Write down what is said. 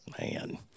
Man